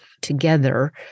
together